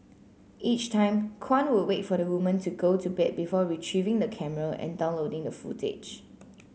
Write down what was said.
each time Kwan would wait for the woman to go to bed before retrieving the camera and downloading the footage